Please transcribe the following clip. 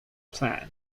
planned